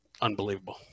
unbelievable